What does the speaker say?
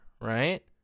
right